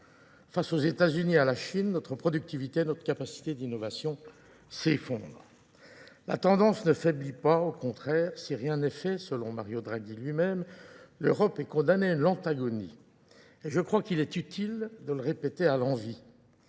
Face aux États-Unis et à la Chine, notre productivité, notre capacité d'innovation s'effondre. La tendance ne faiblit pas. Au contraire, si rien n'est fait, selon Mario Draghi lui-même, l'Europe est condamnée en l'antagonie. Je crois qu'il est utile de le répéter à l'envie.